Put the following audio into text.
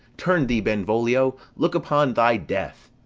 turn thee benvolio! look upon thy death.